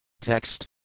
Text